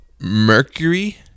Mercury